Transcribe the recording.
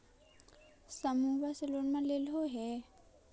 समुहवा से लोनवा लेलहो हे?